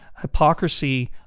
Hypocrisy